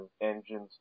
engines